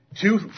two